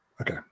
Okay